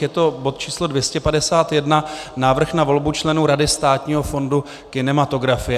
Je to bod číslo 251 Návrh na volbu členů Rady Státního fondu kinematografie.